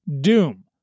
Doom